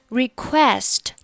request